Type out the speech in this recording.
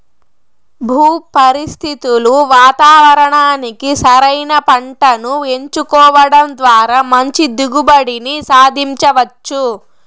భూ పరిస్థితులు వాతావరణానికి సరైన పంటను ఎంచుకోవడం ద్వారా మంచి దిగుబడిని సాధించవచ్చు